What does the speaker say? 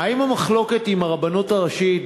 האם המחלוקת עם הרבנות הראשית,